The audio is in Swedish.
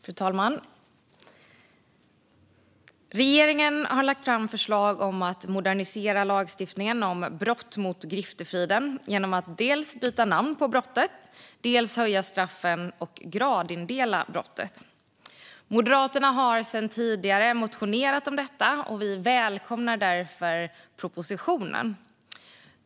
Fru talman! Regeringen har lagt fram förslag om att modernisera lagstiftningen om brott mot griftefriden genom att dels byta namn på brottet och dels höja straffen och gradindela brottet. Moderaterna har tidigare motionerat om detta. Vi välkomnar därför propositionen.